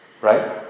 right